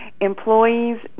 Employees